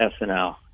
SNL